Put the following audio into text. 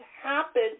happen